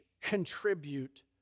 contribute